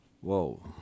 Whoa